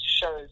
shows